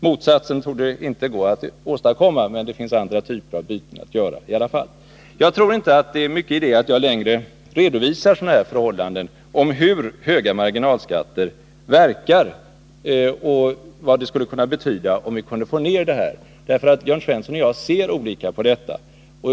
Jag tror inte att det är någon idé att jag ytterligare redovisar hur höga marginalskatter kan verka och vad det skulle kunna betyda om vi får en sänkning till stånd. Jörn Svensson och jag ser nämligen olika på detta.